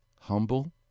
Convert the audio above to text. humble